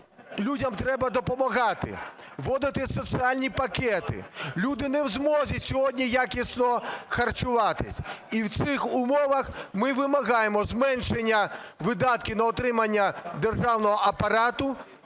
людям треба допомагати, вводити соціальні пакети. Люди не в змозі сьогодні якісно харчуватися і в цих умовах ми вимагаємо зменшення видатків на утримання державного апарату